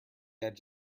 edge